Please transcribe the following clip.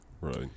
Right